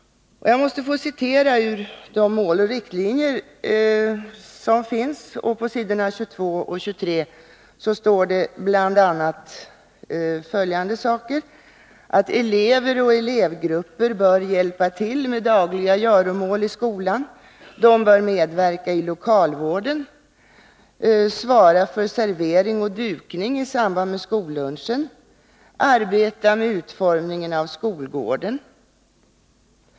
Jag måste få hänvisa till Mål och riktlinjer, s. 22 och 23. Där står det bl.a. följande: Elever och elevgrupper bör hjälpa till med dagliga göromål i skolan. De bör medverka i lokalvården, svara för servering och dukning i samband med skollunchen, arbeta med utformning av skolgården.